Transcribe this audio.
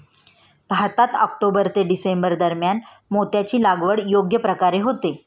भारतात ऑक्टोबर ते डिसेंबर दरम्यान मोत्याची लागवड योग्य प्रकारे होते